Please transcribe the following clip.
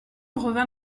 brevin